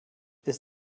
ist